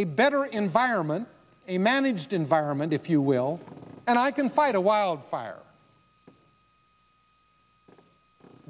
a better environment a managed environment if you will and i can fight a wildfire